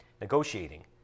negotiating